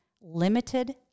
limited